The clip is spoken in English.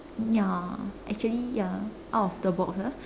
ya actually ya out of the box ah